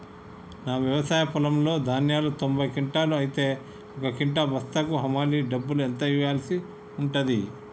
నా వ్యవసాయ పొలంలో ధాన్యాలు తొంభై క్వింటాలు అయితే ఒక క్వింటా బస్తాకు హమాలీ డబ్బులు ఎంత ఇయ్యాల్సి ఉంటది?